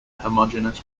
homogeneous